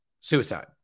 suicide